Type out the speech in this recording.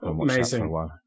amazing